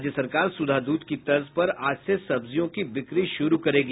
राज्य सरकार सुधा दूध की तर्ज पर आज से सब्जियों की बिक्री शुरू करेगी